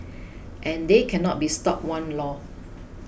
and they cannot be stopped one lor